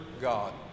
God